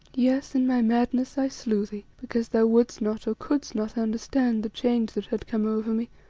yes, in my madness i slew thee because thou wouldst not or couldst not understand the change that had come over me,